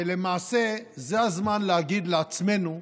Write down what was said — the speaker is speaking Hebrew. למעשה, זה הזמן להגיד לעצמנו: